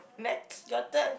next your turn